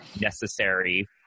necessary